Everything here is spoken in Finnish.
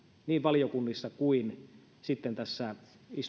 niin valiokunnissa kuin sitten tässä